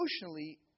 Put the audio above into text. emotionally